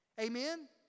Amen